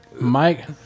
Mike